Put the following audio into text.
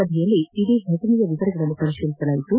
ಸಭೆಯಲ್ಲಿ ಇಡೀ ಘಟನೆಯ ವಿವರಗಳನ್ನು ಪರಿಶೀಲಿಸಲಾಯಿತು